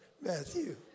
Matthew